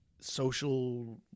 social